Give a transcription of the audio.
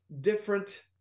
different